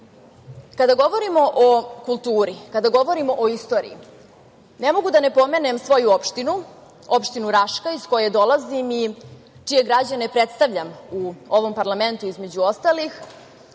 teži. Kada govorimo o kulturi, kada govorimo o istoriji, ne mogu da ne pomenem svoju opštinu, opštinu Raška, iz koje dolazim i čije građane predstavljam u ovom parlamentu, između ostalih,